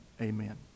amen